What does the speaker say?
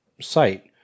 site